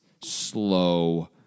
slow